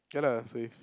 ya lah so if